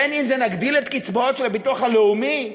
בין אם נגדיל את הקצבאות של הביטוח הלאומי: